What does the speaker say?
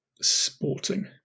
Sporting